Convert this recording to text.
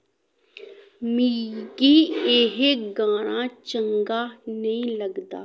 मिगी एह् गाना चंगा नेईं लगदा